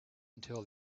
until